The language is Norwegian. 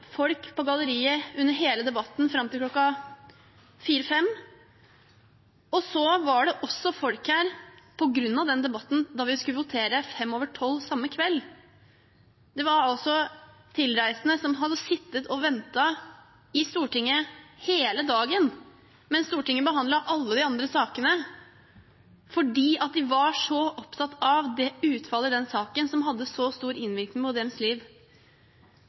folk på galleriet under hele debatten, fram til kl. 16–17. Det var også folk her, på grunn av den debatten, da vi skulle votere kl. 00.05 den samme kvelden. Det var tilreisende som hadde sittet og ventet i Stortinget hele dagen, mens Stortinget behandlet alle de andre sakene, fordi de var så opptatt av utfallet i den saken, som ville ha så stor innvirkning på deres liv.